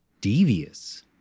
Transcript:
devious